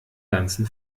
ganzen